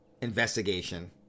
investigation